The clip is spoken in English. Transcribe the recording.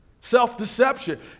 Self-deception